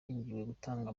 gutanga